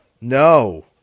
No